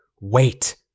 wait